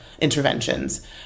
interventions